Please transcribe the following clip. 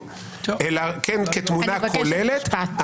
אלא כתמונה כוללת,